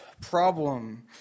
problem